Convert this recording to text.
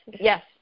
yes